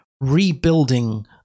rebuilding